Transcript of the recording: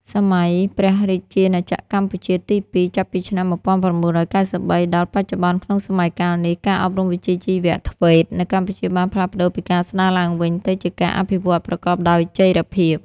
សម័យព្រះរាជាណាចក្រកម្ពុជាទី២ ចាប់ពីឆ្នាំ ១៩៩៣ ដល់បច្ចុប្បន្ន ក្នុងសម័យកាលនេះ ការអប់រំវិជ្ជាជីវៈ ធ្វេត (TVET) នៅកម្ពុជាបានផ្លាស់ប្ដូរពីការស្តារឡើងវិញទៅជាការអភិវឌ្ឍប្រកបដោយចីរភាព។